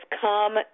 come